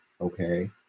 Okay